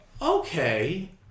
Okay